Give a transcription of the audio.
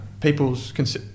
people's